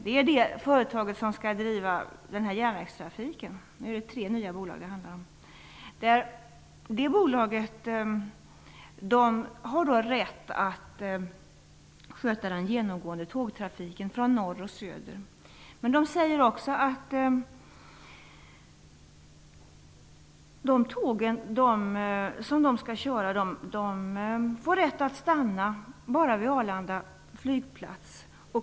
Det är det företag som skall driva järnvägstrafiken. Det handlar om tre nya bolag. Det bolaget har rätt att sköta den genomgående tågtrafiken från norr och söder. Bolaget säger att de tåg som man skall köra bara får rätt att stanna vid Arlanda flygplats.